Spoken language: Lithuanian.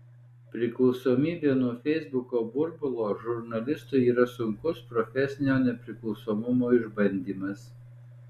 priklausomybė nuo feisbuko burbulo žurnalistui yra sunkus profesinio nepriklausomumo išbandymas